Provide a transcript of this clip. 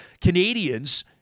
Canadians